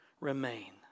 remain